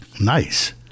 nice